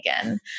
again